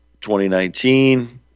2019